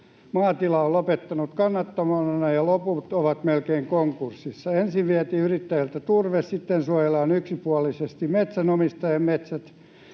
maatilaa on lopettanut kannattamattomina ja loput ovat melkein konkurssissa. Ensin vietiin yrittäjiltä turve, sitten suojellaan yksipuolisesti metsänomistajien metsät